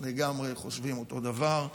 לגמרי חושבים ופועלים אותו הדבר.